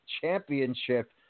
championship